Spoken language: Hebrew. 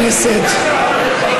חברי הכנסת,